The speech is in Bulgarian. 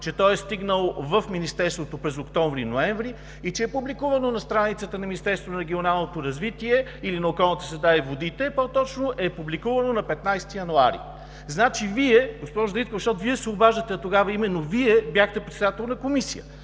че то е стигнало в Министерството през октомври и ноември и че е публикувано на страницата на Министерството на регионалното развитие, или по-точно на околната среда и водите е публикувано на 15 януари. Значи Вие, госпожо Дариткова, защото Вие се обаждате, а тогава именно Вие бяхте председател на комисия.